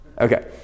okay